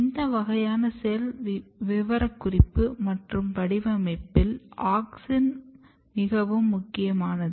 இந்த வகையான செல் விவரக்குறிப்பு மற்றும் வடிவமைப்பில் ஆக்சின் மிகவும் முக்கியமானது